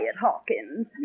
Hawkins